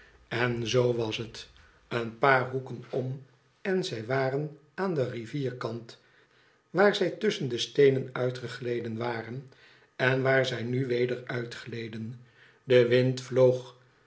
n zoo was het een paar hoeken om en zij waren aan den rivierkant waar zij tusschen de steenen uitgegleden waren en waar zij nu weder uitgleden de wind vloog